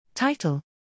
Title